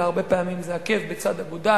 אלא הרבה פעמים זה עקב בצד אגודל,